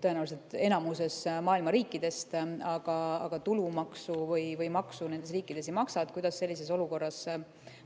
tõenäoliselt enamusest maailma riikidest, aga tulumaksu või maksu nendes riikides ei maksa, et kuidas sellises olukorras